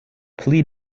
pli